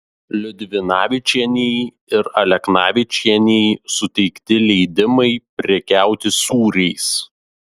liudvinavičienei ir aleknavičienei suteikti leidimai prekiauti sūriais